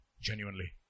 genuinely